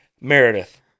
Meredith